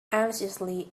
anxiously